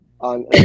on